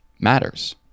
matters